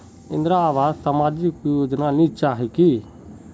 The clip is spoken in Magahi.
इंदरावास सामाजिक योजना नी जाहा की?